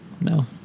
No